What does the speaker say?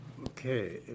Okay